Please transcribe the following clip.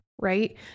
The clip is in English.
Right